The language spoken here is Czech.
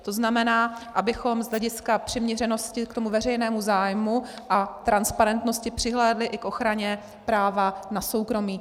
To znamená, abychom z hlediska přiměřenosti k tomu veřejnému zájmu a transparentnosti přihlédli i k ochraně práva na soukromí.